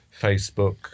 Facebook